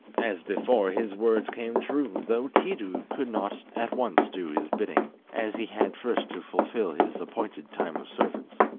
as before, his words came true, though tiidu could not at once do his bidding, as he had first to fulfil his appointed time of service.